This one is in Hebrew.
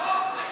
או ששוב נשלח,